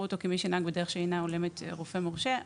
יראו אותו כמי שנהג בדרך שאינה הולמת רופא מורשה".